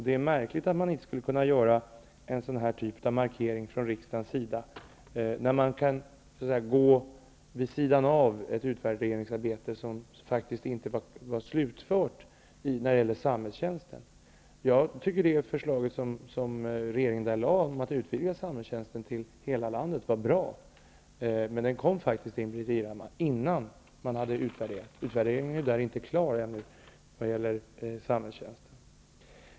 Det är märkligt om vi inte skulle kunna göra en sådan markering från riksdagens sida, när man kunde gå vid sidan av ett utvärderingsarbete som faktiskt inte var slutfört i fråga om samhällstjänsten. Jag tycker att förslaget från regeringen om att vidga samhällstjänsten till hela landet var bra. Det kom faktiskt, Ingbritt Irhammar, innan utvärderingen var klar. Den är ännu inte klar vad gäller samhällstjänsten.